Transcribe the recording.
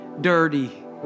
dirty